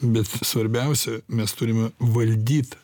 bet svarbiausia mes turime valdyt